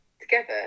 together